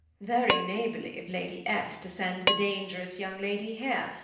very neighborly of lady s. to send the dangerous young lady here,